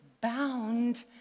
bound